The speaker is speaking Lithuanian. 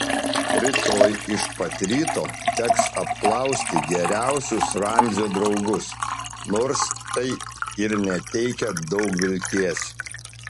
rytoj iš pat ryto teks apklausti geriausius ramzio draugus nors tai ir neteikia daug vilties